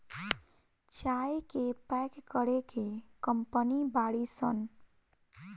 चाय के पैक करे के कंपनी बाड़ी सन